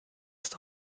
ist